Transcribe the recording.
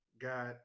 got